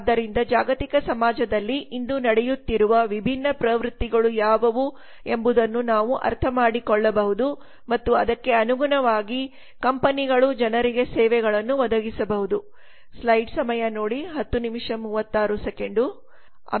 ಆದ್ದರಿಂದ ಜಾಗತಿಕ ಸಮಾಜದಲ್ಲಿ ಇಂದು ನಡೆಯುತ್ತಿರುವ ವಿಭಿನ್ನ ಪ್ರವೃತ್ತಿಗಳು ಯಾವುವು ಎಂಬುದನ್ನು ನಾವು ಅರ್ಥಮಾಡಿಕೊಳ್ಳಬಹುದು ಮತ್ತು ಅದಕ್ಕೆ ಅನುಗುಣವಾಗಿ ಕಂಪನಿಗಳು ಜನರಿಗೆ ಸೇವೆಗಳನ್ನು ಒದಗಿಸಬಹುದು